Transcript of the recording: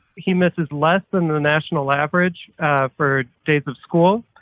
he misses less than the national average per days of school.